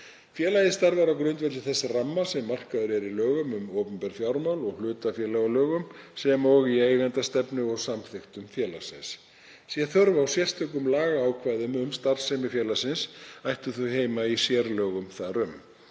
Félagið starfar á grundvelli þess ramma sem markaður er í lögum um opinber fjármál og hlutafélagalögum sem og í eigendastefnu og samþykktum félagsins. Sé þörf á sérstökum lagaákvæðum um starfsemi félagsins ættu þau heima í sérlögum þar um.